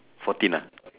fourteen ah